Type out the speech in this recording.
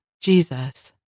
Jesus